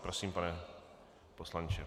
Prosím, pane poslanče.